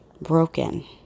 broken